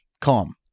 Calm